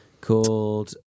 called